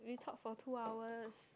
we talk for two hours